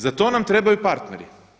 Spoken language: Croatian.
Za to nam trebaju partneri.